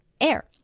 air